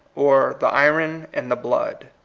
or the iron in the blood,